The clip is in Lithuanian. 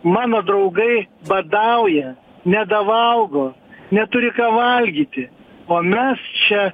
mano draugai badauja nebevalgo neturi ką valgyti o mes čia